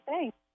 Thanks